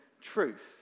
truth